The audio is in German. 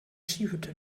skihütte